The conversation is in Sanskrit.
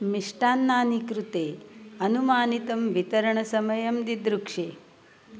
मिष्टान्नानि कृते अनुमानितं वितरणसमयं दिदृक्षे